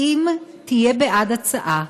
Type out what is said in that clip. האם תהיה בעד הצעה